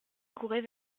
courait